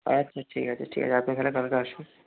আচ্ছা ঠিক আছে ঠিক আছে আপনি তাহলে চলে কালকে আসুন